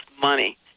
money